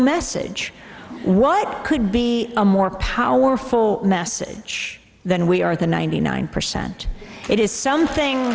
message what could be a more powerful message than we are the ninety nine percent it is something